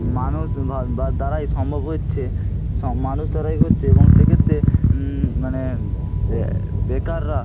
মানুষ ভা বা দ্বারাই সম্ভব হচ্ছে সম মানুষ দ্বারাই হচ্ছে এবং সেক্ষেত্রে মানে বে বেকাররা